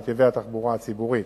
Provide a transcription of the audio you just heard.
נתיבי התחבורה הציבורית,